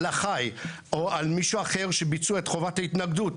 על אחיי או על מישהו אחר שביצעו את חובת ההתנגדות,